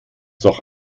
doch